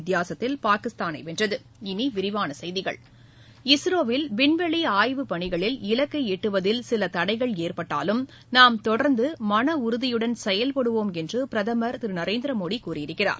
வித்தியாசத்தில் பாகிஸ்தானை வென்றது இனி விரிவான செய்திகள் இஸ்ரோவில் விண்வெளி ஆய்வுப் பணிகளில் இலக்கை எட்டுவதில் சில தடைகள் ஏற்பட்டாலும் நாம் தொடர்ந்து மன உறுதியுடன் செயல்படுவோம் என்று பிரதமர் திரு நரேந்திர மோடி கூறியிருக்கிறார்